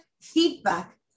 feedback